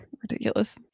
Ridiculous